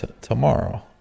tomorrow